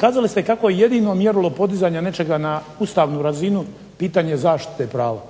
kazali ste kako je jedino mjerilo podizanja nečega na ustavnu razinu pitanje zaštite prava.